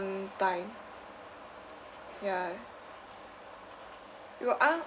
~n time ya you are